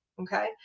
Okay